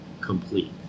complete